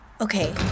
Okay